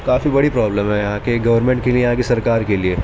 کافی بڑی پرابلم ہے یہاں کے گورنمنٹ کے لیے یہاں کی سرکار کے لیے